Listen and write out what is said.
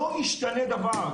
לא השתנה דבר.